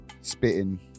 spitting